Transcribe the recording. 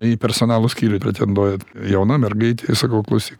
į personalo skyrių pretenduoja jauna mergaitė ir sakau klausyk